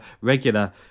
regular